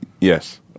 Yes